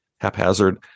haphazard